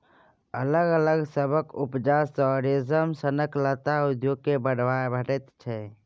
अलग अलग कीड़ा सभक उपजा सँ रेशम सनक लत्ता उद्योग केँ बढ़ाबा भेटैत छै